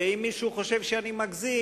ואם מישהו חושב שאני מגזים,